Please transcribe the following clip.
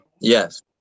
yes